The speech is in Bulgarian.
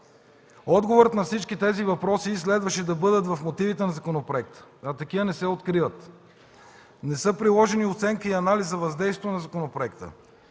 Отговорът на всички тези въпроси следваше да бъде в мотивите на законопроекта, а такива не се откриват. Не са приложени оценки и анализ за въздействието на законопроекта.